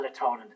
melatonin